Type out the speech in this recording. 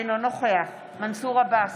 אינו נוכח מנסור עבאס,